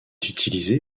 utilisée